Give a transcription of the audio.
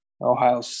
Ohio